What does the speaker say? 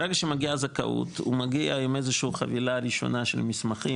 ברגע שמגיעה הזכאות הוא מגיע עם איזשהו חבילה ראשונה של מסמכים,